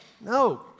No